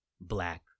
black